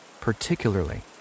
particularly